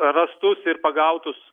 rastus ir pagautus